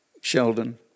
Sheldon